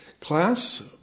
class